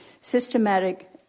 systematic